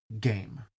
game